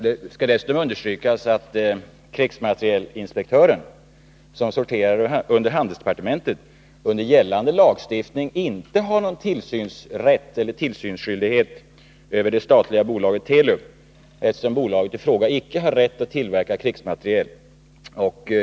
Det bör dessutom understrykas att krigsmaterielinspektören, som sorterar under handelsdepartementet, enligt gällande lagstiftning inte har någon tillsynsrätt eller tillsynsskyldighet när det gäller det statliga bolaget Telub, eftersom bolaget i fråga icke har rätt att tillverka krigsmateriel.